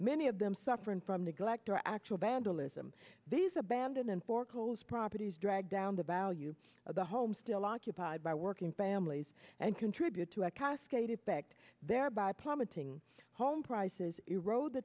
many of them suffering from neglect or actual bad handler's m b's abandoned and foreclosed properties drag down the value of the homes still occupied by working families and contribute to a cascade effect thereby plummeting home prices erode the